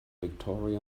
victoria